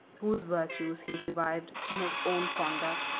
whose virtues he revived in his own conduct,